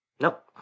Nope